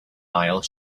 aisle